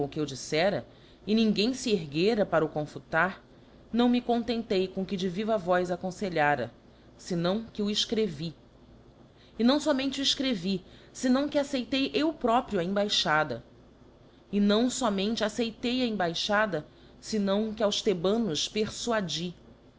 eu dilfera e ninguém fe erguera para o confutar não me contentei com o que de viva voz aconfelhara fenão que o efcrevi e não fomente o efcrevi fenão que acceitei eu próprio a embaixada e não fomente acceitei a embaixada fenão que aos thebanos